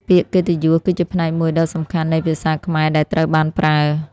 ពាក្យកិត្តិយស គឺជាផ្នែកមួយដ៏សំខាន់នៃភាសាខ្មែរដែលត្រូវបានប្រើ។